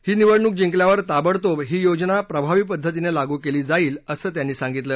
ही निवडणूक जिंकल्यावर ताबडतोब ही योजना प्रभावी पद्धतीनं लागू केली जाईल असं त्यांनी सांगितलं